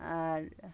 আর